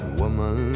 woman